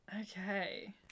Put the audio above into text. Okay